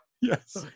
Yes